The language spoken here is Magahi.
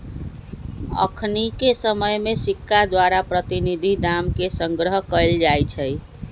अखनिके समय में सिक्का द्वारा प्रतिनिधि दाम के संग्रह कएल जाइ छइ